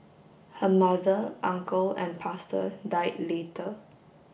her mother uncle and pastor died later